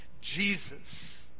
Jesus